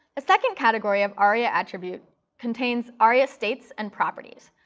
a second category of aria attribute contains aria states and properties.